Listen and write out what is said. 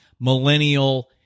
millennial